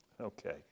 Okay